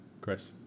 chris